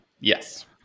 Yes